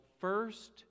first